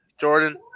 Jordan